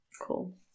Cool